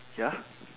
ya